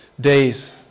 days